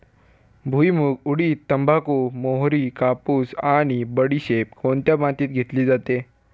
भुईमूग, उडीद, तंबाखू, मोहरी, कापूस आणि बडीशेप कोणत्या मातीत घेतली जाते?